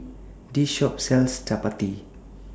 This Shop sells Chapati